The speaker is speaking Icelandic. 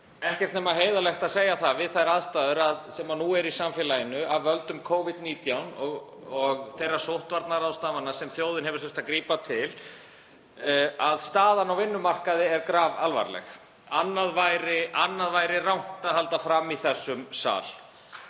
ekkert nema heiðarlegt að segja það, við þær aðstæður sem nú eru í samfélaginu, af völdum Covid-19 og þeirra sóttvarnaráðstafana sem þjóðin hefur þurft að grípa til, að staðan á vinnumarkaði er grafalvarleg. Það væri rangt að halda öðru fram í þessum sal.